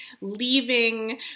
leaving